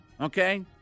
okay